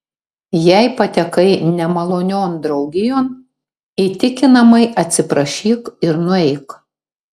jei patekai nemalonion draugijon įtikinamai atsiprašyk ir nueik